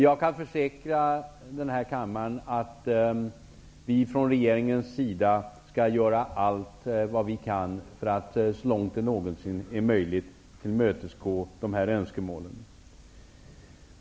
Jag kan försäkra denna kammare att vi från regeringens sida skall göra allt vi kan för att så långt det är möjligt tillmötesgå dessa önskemål.